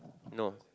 no